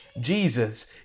Jesus